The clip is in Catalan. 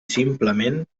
simplement